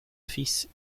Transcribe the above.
fils